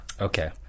Okay